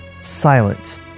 silent